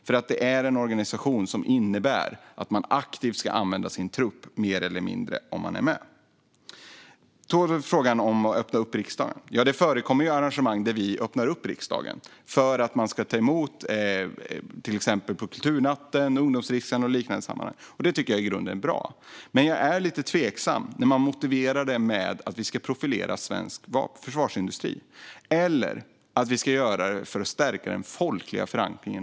Det är en organisation som innebär att man aktivt ska använda sin trupp, mer eller mindre, om man är med. När det gäller frågan om att öppna upp riksdagen förekommer arrangemang när vi gör det, till exempel vid kulturnätter, Ungdomens riksdag och liknande sammanhang. Det tycker jag i grunden är bra. Men jag är lite tveksam till att man motiverar öppnandet med att vi ska profilera svensk vapenindustri eller att vi ska göra det för att stärka Natos folkliga förankring.